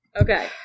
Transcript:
Okay